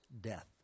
Death